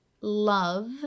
love